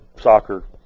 soccer